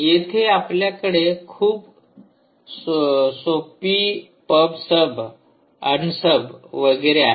येथे आपल्याकडे खूप सोपी पबसबअनसब वगैरे आहे